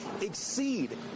exceed